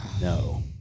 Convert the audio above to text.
no